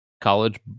college